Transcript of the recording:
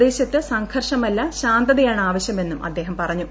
പ്രദേശത്ത് സംഘർഷമല്ല ശാന്തതാണ് ആവശ്യമെന്നും അദ്ദേഹം പറഞ്ഞു